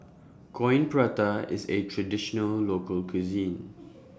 Coin Prata IS A Traditional Local Cuisine